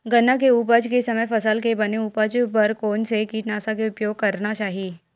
गन्ना के उपज के समय फसल के बने उपज बर कोन से कीटनाशक के उपयोग करना चाहि?